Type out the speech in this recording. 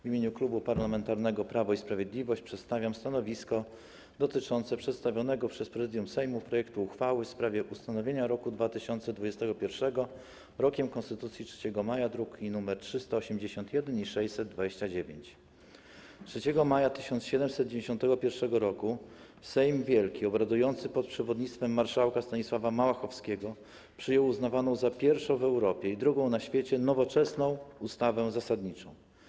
W imieniu Klubu Parlamentarnego Prawo i Sprawiedliwość przedstawiam stanowisko dotyczące przedstawionego przez Prezydium Sejmu projektu uchwały w sprawie ustanowienia roku 2021 Rokiem Konstytucji 3 Maja, druki nr 381 i 629. 3 maja 1791 r. Sejm Wielki, obradujący pod przewodnictwem marszałka Stanisława Małachowskiego, przyjął uznawaną za pierwszą w Europie i drugą na świecie nowoczesną ustawę zasadniczą.